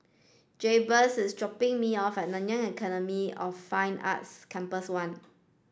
Jabez is dropping me off at Nanyang Academy of Fine Arts Campus One